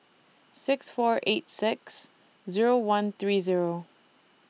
six four eight six Zero one three Zero